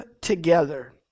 together